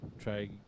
try